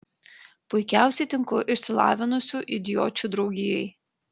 puikiausiai tinku išsilavinusių idiočių draugijai